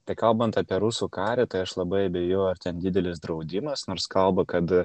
tai kalbant apie rusų karį tai aš labai abejoju ar ten didelis draudimas nors kalba kad